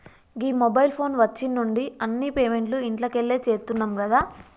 గీ mobile phone వచ్చిన్నుండి అన్ని పేమెంట్లు ఇంట్లకెళ్లే చేత్తున్నం గదా